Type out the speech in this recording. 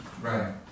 Right